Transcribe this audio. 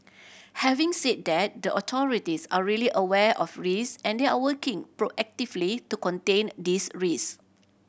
having said that the authorities are really aware of risk and they are working proactively to contain these risk